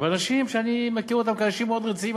ומאנשים שאני מכיר אותם כאנשים מאוד רציניים,